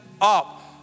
up